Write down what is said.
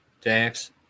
Dax